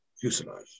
fuselage